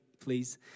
please